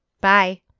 Bye